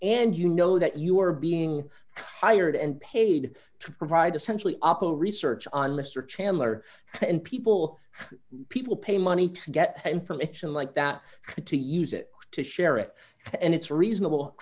and you know that you are being hired and paid to provide essentially aapl research on mr chandler and people people pay money to get information like that to use it to share it and it's reasonable